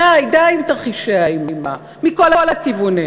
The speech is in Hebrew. די, די עם תרחישי האימה מכל הכיוונים,